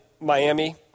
Miami